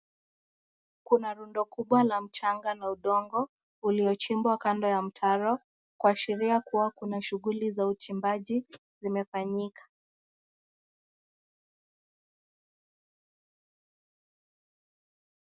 Kuna rundo kubwa la mchanga na udogo, uliochimbwa kando ya mtaro, kuashiria kuwa kuna shughuli za uchimbaji zimefanyika.